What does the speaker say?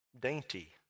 dainty